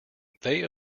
they